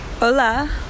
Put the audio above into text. Hola